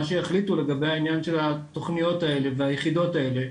מה שיחליטו לגבי העניין של התכניות האלה והיחידות האלה,